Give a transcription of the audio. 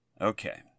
okay